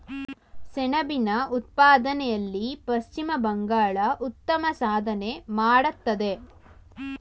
ಸೆಣಬಿನ ಉತ್ಪಾದನೆಯಲ್ಲಿ ಪಶ್ಚಿಮ ಬಂಗಾಳ ಉತ್ತಮ ಸಾಧನೆ ಮಾಡತ್ತದೆ